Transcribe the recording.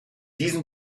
diesen